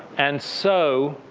and so,